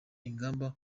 ingamba